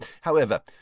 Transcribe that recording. However